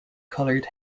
coloured